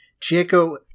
Chieko